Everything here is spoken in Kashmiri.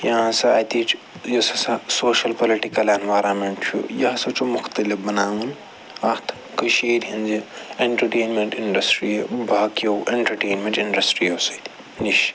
یا ہسا اَتِچ یُس ہَسا سوشَل پوٚلِٹِکٕل اٮ۪نوارَمٮ۪نٛٹ چھُ یہِ ہسا چھُ مختلف بناوُن اَتھ کٔشیٖرِ ہٕنٛزِ اٮ۪نٛٹَٹیمٮ۪نٛٹ اِنٛڈسٹرٛیہِ باقیو اٮ۪نٹَٹینمٮ۪نٛٹ اِنٛڈسٹرٛیو سۭتۍ نِش